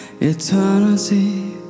eternity